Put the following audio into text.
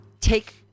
take